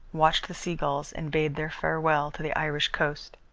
watched the seagulls, and bade their farewell to the irish coast.